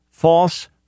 False